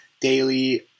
daily